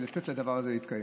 לא לתת לדבר הזה להתקיים.